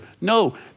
No